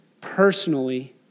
personally